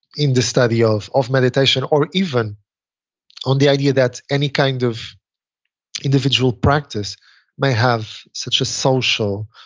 in the study of of meditation or even on the idea that any kind of individual practice may have such a social,